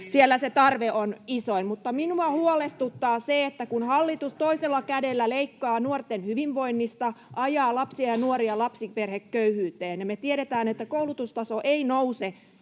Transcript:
Siellä se tarve on isoin. Minua huolestuttaa se, että kun hallitus toisella kädellä leikkaa nuorten hyvinvoinnista, ajaa lapsia ja nuoria lapsiperheköyhyyteen ja me tiedetään, että koulutustaso ei nouse